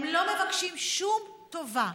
הם לא מבקשים שום טובה,